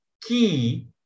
key